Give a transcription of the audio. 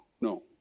no